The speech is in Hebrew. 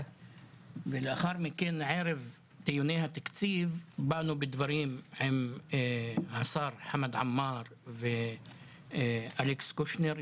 ולאחר מכן ערב דיוני התקציב באנו בדברים עם השר חמד עמאר ואלכס קושניר,